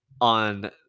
on